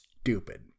stupid